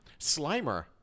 Slimer